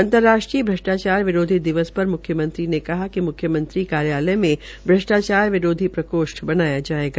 अंर्तराष्ट्रीय भ्रष्टाचार विरोधी दिवस पर मुख्यमंत्री ने कहा कि मुख्यमंत्री कार्यालय में भ्रष्टाचार विरोधी प्रकोष्ठ बनाया जायेगा